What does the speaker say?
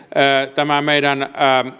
tämä meidän